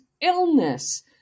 illness